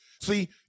See